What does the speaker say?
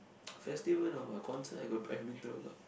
festival not a lot concert I got I've been to a lot